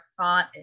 thought